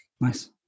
Nice